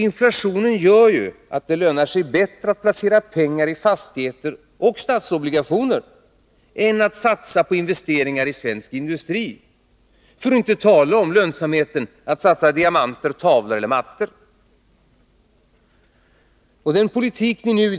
Inflationen gör att det lönar sig bättre att placera pengar i fastigheter och statsobligationer än att satsa på investeringar i svensk industri — för att inte tala om det lönsamma i att satsa i diamanter, tavlor och mattor.